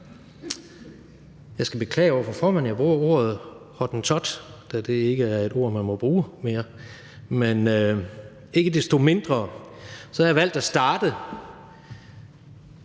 Jeg skal beklage over for formanden, at jeg bruger ordet hottentot, da det ikke er et ord, man må bruge mere. Men ikke desto mindre har jeg valgt at starte